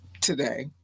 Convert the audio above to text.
today